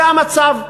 זה המצב.